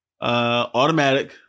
automatic